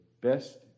best